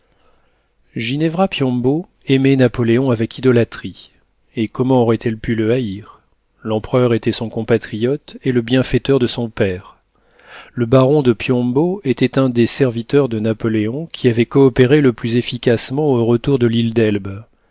ginevra piombo aimait napoléon avec idolâtrie et comment aurait-elle pu le haïr l'empereur était son compatriote et le bienfaiteur de son père le baron de piombo était un des serviteurs de napoléon qui avaient coopéré le plus efficacement au retour de l'île d'elbe